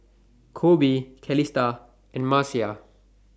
Koby Calista and Marcia